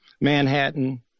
Manhattan